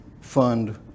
fund